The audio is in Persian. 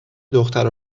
دختر